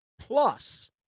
plus